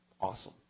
awesome